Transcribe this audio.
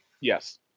Yes